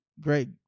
great